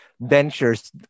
ventures